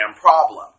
problem